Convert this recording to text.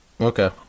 Okay